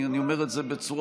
אני אומר את זה בצורה